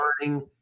learning